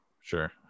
Sure